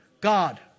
God